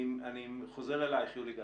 אני חוזר אלייך, יולי גת,